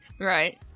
Right